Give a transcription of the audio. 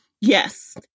Yes